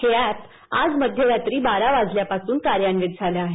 हे अॅप आज मध्यरात्री बारा वाजल्यापासून कार्यान्वित झालं आहे